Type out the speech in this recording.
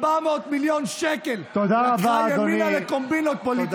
400 מיליון שקל לקחה ימינה לקומבינות פוליטיות.